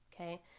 okay